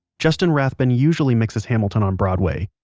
justin rathbun usually mixes hamilton on broadway.